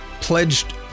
pledged